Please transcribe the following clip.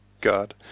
God